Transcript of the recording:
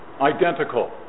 identical